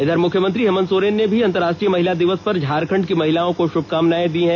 इधर मुख्यमंत्री हेमंत सोरेन ने अंतर्राष्ट्रीय महिला दिवस पर झारखंड की महिलाओं को शुभकामनाएं दी हैं